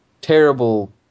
terrible